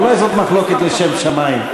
אולי זאת מחלוקת לשם שמים?